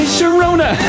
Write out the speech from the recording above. Sharona